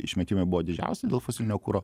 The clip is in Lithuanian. išmetimai buvo didžiausi dėl fosilinio kuro